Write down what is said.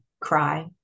cry